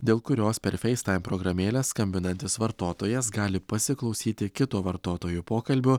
dėl kurios per facetime programėlę skambinantis vartotojas gali pasiklausyti kito vartotojo pokalbio